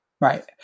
Right